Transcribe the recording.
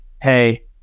Hey